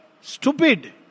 stupid